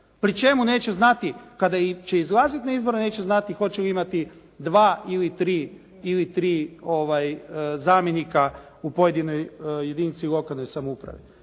pri čemu neće znati kada će izlaziti na izbore neće znati hoće li imati 2 ili 3 zamjenika u pojedinoj jedinici lokalne samouprave.